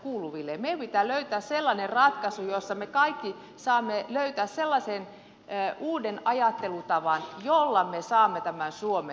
meidän pitää löytää sellainen ratkaisu jossa me kaikki saamme löytää sellaisen uuden ajattelutavan jolla me saamme tämän suomen nousuun